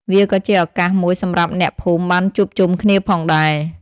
វាក៏ជាឱកាសមួយសម្រាប់អ្នកភូមិបានជួបជុំគ្នាផងដែរ។